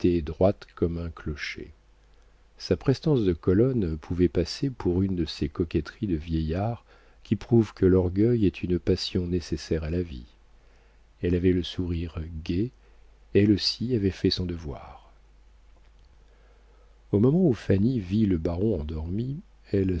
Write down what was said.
droite comme un clocher sa prestance de colonne pouvait passer pour une de ces coquetteries de vieillard qui prouvent que l'orgueil est une passion nécessaire à la vie elle avait le sourire gai elle aussi avait fait son devoir au moment où fanny vit le baron endormi